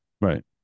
Right